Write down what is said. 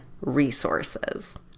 Resources